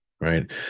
Right